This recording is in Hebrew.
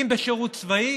אם בשירות צבאי